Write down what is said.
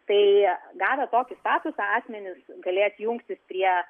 tai gavę tokį statusą asmenys galės jungtis prie